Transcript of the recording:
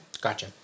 Gotcha